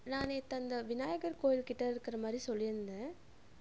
நான் நேற்று அந்த விநாயகர் கோயில் கிட்டே இருக்கிற மாதிரி சொல்லிருந்தேன்